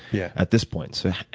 yeah at this point. so